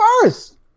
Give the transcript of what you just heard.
first